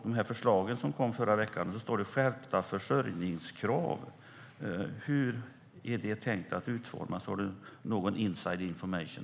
Där står något om skärpta försörjningskrav. Hur är det tänkt att utformas? Har Magda Rasmusson någon inside information?